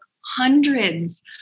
hundreds